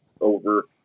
over